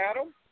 Adam